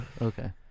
Okay